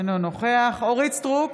אינו נוכח אורית מלכה סטרוק,